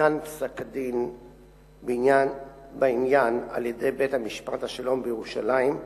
ניתן פסק-הדין בעניין על-ידי בית-משפט השלום בירושלים,